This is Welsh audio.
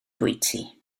bwyty